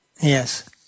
Yes